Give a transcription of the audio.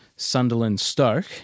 Sunderland-Stoke